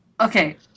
Okay